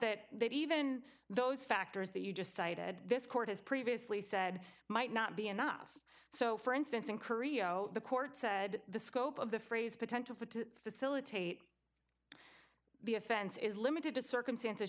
that even those factors that you just cited this court has previously said might not be enough so for instance in korea oh the court said the scope of the phrase potential for to facilitate the offense is limited to circumstances